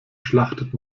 schlachtet